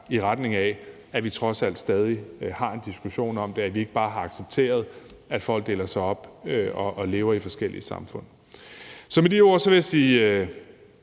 i retning af, at vi trods alt stadig har en diskussion om det, og at vi ikke bare har accepteret, at folk deler sig op og lever i forskellige samfund. Med de ord vil jeg sige